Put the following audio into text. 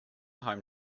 home